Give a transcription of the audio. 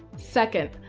second,